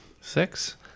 Six